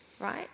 right